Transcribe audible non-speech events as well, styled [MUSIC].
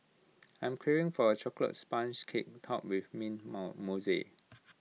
I'm craving for A Chocolate Sponge Cake Topped with mint mount [UNINTELLIGIBLE]